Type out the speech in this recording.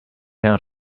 out